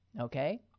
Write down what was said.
okay